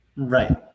Right